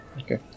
Okay